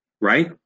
right